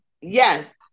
Yes